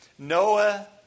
Noah